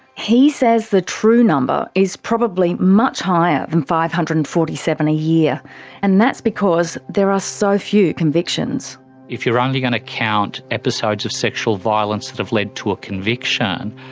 he says the true number is probably much higher than five hundred and forty seven a year and that's because there are so few convictions if you're only going to count episodes of sexual violence that have led to a conviction,